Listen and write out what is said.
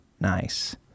nice